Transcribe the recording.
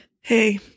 hey